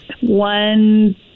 one